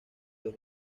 los